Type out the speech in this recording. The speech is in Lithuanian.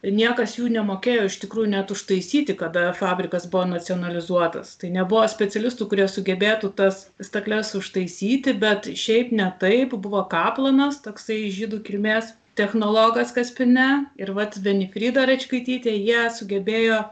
niekas jų nemokėjo iš tikrųjų net užtaisyti kada fabrikas buvo nacionalizuotas tai nebuvo specialistų kurie sugebėtų tas stakles užtaisyti bet šiaip ne taip buvo kaplanas toksai žydų kilmės technologas kaspine ir vat venifrida račkaitytė ją sugebėjo